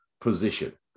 position